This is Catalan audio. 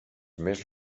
més